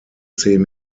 zehn